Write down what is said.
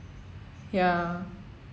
ya